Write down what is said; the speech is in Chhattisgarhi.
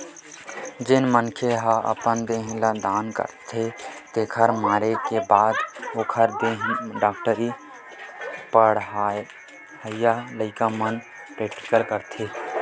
जेन मनखे ह अपन देह ल दान करे रहिथे तेखर मरे के बाद ओखर देहे ल डॉक्टरी पड़हइया लइका मन प्रेक्टिकल करथे